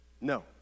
No